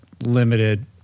limited